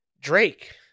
Drake